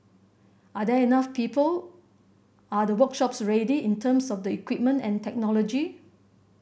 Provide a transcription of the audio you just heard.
are there enough people are the workshops ready in terms of the equipment and technology